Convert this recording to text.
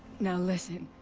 now listen!